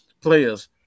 players